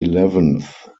eleventh